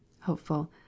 Hopeful